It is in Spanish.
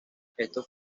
estos